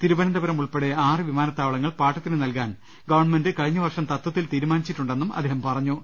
തിരുവനന്തപുരം ഉൾപ്പെടെ ആറ് വിമാന ത്താവളങ്ങൾ പാട്ടത്തിന് നൽകാൻ ഗവൺ മെന്റ് കഴിഞ്ഞ വർഷം ത്വത്തിൽ തീരുമാനിച്ചിട്ടുണ്ടെന്നും അദ്ദേഹം അറിയിച്ചു